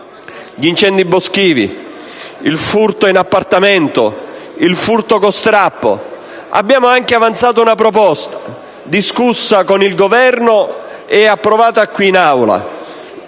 gli incendi boschivi, il furto in appartamento, il furto con strappo. Abbiamo anche avanzato una proposta, discussa con il Governo e approvata qui in Aula,